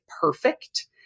perfect